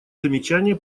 замечания